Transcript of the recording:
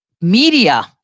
media